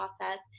process